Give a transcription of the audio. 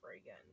again